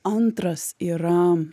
antras yra